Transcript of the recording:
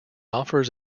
offers